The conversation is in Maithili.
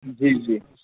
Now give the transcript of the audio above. जी जी